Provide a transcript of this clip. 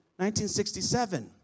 1967